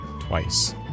twice